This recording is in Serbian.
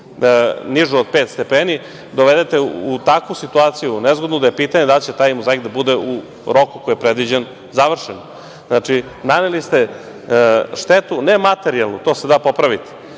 nižu od pet stepeni, dovedete u takvu nezgodnu situaciju da je pitanje da li će taj mozaik da bude u roku koji je predviđen završen. Znači, naneli ste štetu, ne materijalnu, to se da popraviti,